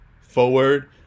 forward